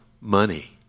money